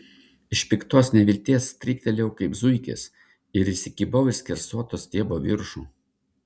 iš piktos nevilties stryktelėjau kaip zuikis ir įsikibau į skersuoto stiebo viršų